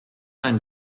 ein